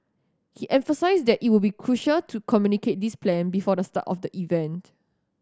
he emphasised that it would be crucial to communicate this plan before the start of the event